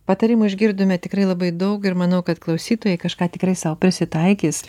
patarimų išgirdome tikrai labai daug ir manau kad klausytojai kažką tikrai sau prisitaikys